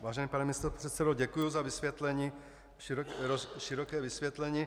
Vážený pane místopředsedo, děkuji za vysvětlení, široké vysvětlení.